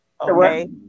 Okay